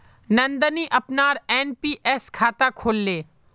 नंदनी अपनार एन.पी.एस खाता खोलले